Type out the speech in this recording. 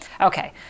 Okay